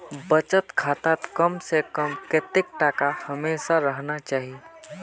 बचत खातात कम से कम कतेक टका हमेशा रहना चही?